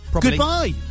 goodbye